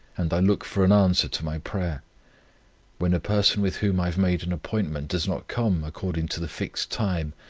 and i look for an answer to my prayer when a person with whom i have made an appointment does not come, according to the fixed time,